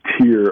tier